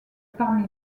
parmi